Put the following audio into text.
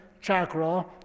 chakra